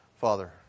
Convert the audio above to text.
Father